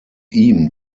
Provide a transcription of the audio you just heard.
ihm